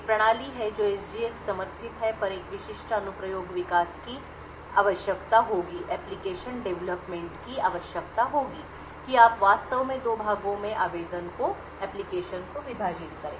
एक प्रणाली है जो SGX समर्थित है पर एक विशिष्ट अनुप्रयोग विकास की आवश्यकता होगी कि आप वास्तव में दो भागों में आवेदन को विभाजित करें